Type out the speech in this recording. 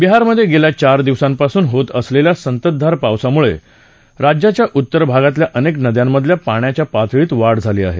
बिहारमधे गेल्या चार दिवसांपासून होत असलेल्या संततधार पावसामुळे राज्याच्या उत्तर भागातल्या अनेक नद्यांमधल्या पाण्याच्या पातळीत वाढ झाली आहे